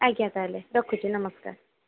ଆଜ୍ଞା ତା'ହେଲେ ରଖୁଛି ନମସ୍କାର